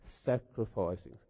sacrificing